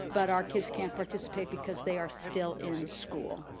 but our kids can't participate because they are still in school.